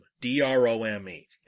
D-R-O-M-E